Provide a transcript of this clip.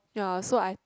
ya so I